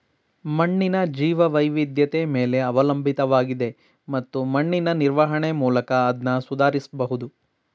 ಮಣ್ಣಿನ ಜೀವವೈವಿಧ್ಯತೆ ಮೇಲೆ ಅವಲಂಬಿತವಾಗಿದೆ ಮತ್ತು ಮಣ್ಣಿನ ನಿರ್ವಹಣೆ ಮೂಲಕ ಅದ್ನ ಸುಧಾರಿಸ್ಬಹುದು